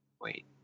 Wait